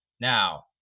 Now